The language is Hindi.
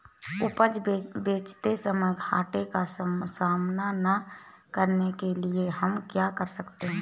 उपज बेचते समय घाटे का सामना न करने के लिए हम क्या कर सकते हैं?